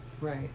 Right